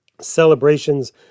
celebrations